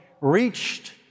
reached